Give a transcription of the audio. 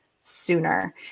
sooner